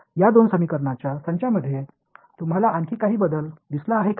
या दोन समीकरणांच्या संचामध्ये तुम्हाला आणखी काही बदल दिसला आहे का